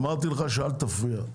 אמרתי לך לא להפריע.